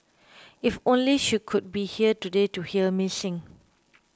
if only she could be here today to hear me sing